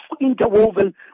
interwoven